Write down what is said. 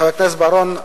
חבר הכנסת בר-און,